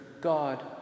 God